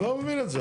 אני לא מבין את זה.